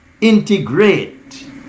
Integrate